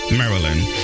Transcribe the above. maryland